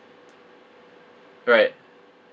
right